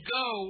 go